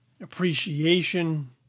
appreciation